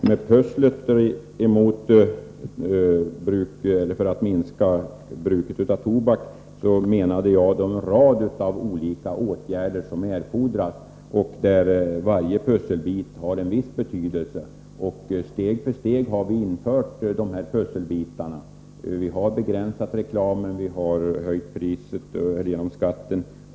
Herr talman! Med ordet ”pussel” när jag talade om strävan att minska bruket av tobak menade jag den rad av olika åtgärder som erfordras. Varje pusselbit har där en viss betydelse. Bit för bit har vi lagt detta pussel. Vi har t.ex. begränsat reklamen och höjt priset genom skatten.